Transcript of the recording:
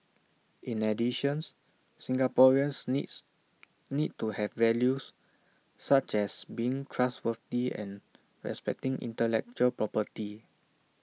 in additions Singaporeans needs need to have values such as being trustworthy and respecting intellectual property